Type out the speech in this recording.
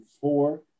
four